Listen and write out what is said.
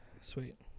Sweet